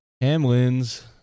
Hamlin's